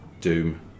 doom